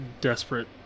Desperate